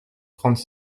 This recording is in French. trente